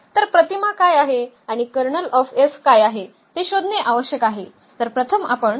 तर प्रतिमा काय आहे आणि काय आहे ते शोधणे आवश्यक आहे